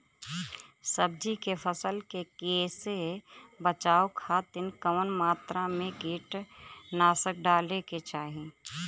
सब्जी के फसल के कियेसे बचाव खातिन कवन मात्रा में कीटनाशक डाले के चाही?